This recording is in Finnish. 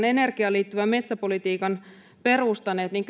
energiaan liittyvän metsäpolitiikan perustaneet niin